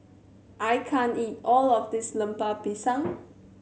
I can't eat all of this Lemper Pisang